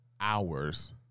hours